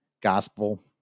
Gospel